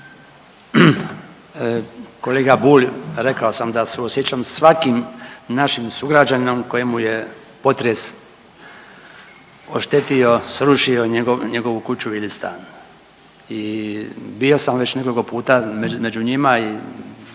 Kolega Bulj rekao sam da suosjećam sa svakim našim sugrađaninom kojemu je potres oštetio, srušio njegovu kuću ili stan. I bio sam već nekoliko puta među njima i